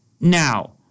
now